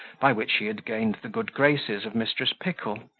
by which he had gained the good graces of mrs. pickle,